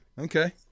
Okay